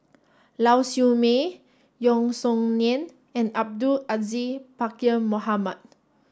Lau Siew Mei Yeo Song Nian and Abdul Aziz Pakkeer Mohamed